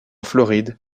floride